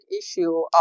issue